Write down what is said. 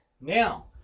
now